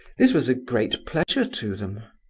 this was a great pleasure to them.